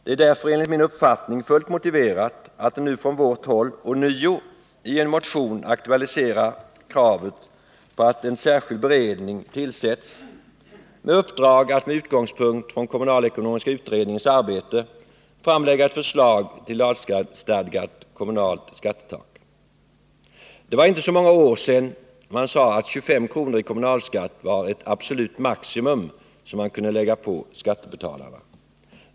Det är därför enligt min uppfattning fullt motiverat att vi nu ånyo i en motion aktualiserat kravet på att en särskild beredning tillsätts med uppdrag att med utgångspunkt i kommunalekonomiska utredningens arbete framlägga ett förslag till lagstadgat kommunalt skattetak. Det var inte så många år sedan man sade att 25 kr. i kommunalskatt var ett absolut maximum som man kunde lägga på skattebetalarna.